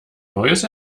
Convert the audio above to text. neues